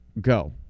go